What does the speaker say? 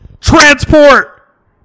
Transport